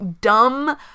dumb